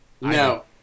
No